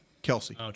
Kelsey